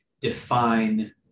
define